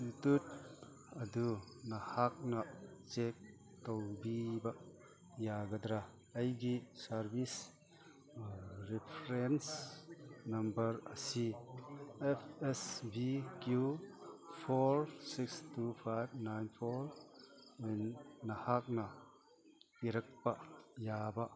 ꯑꯗꯨ ꯅꯍꯥꯛꯅ ꯆꯦꯛ ꯇꯧꯕꯤꯕ ꯌꯥꯒꯗ꯭ꯔꯥ ꯑꯩꯒꯤ ꯁꯥꯔꯕꯤꯁ ꯔꯤꯐ꯭ꯔꯦꯟꯁ ꯅꯝꯕꯔ ꯑꯁꯤ F S V Q four six two five nine four ꯅꯍꯥꯛꯅ ꯏꯔꯛꯄ ꯌꯥꯕ